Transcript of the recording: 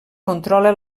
controla